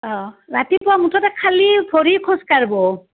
অ' ৰাতিপুৱা মুঠতে খালী ভৰি খোজ কাঢ়িব